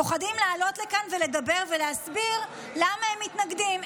פוחדים לעלות לכאן ולדבר ולהסביר למה הם מתנגדים.